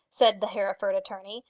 said the hereford attorney,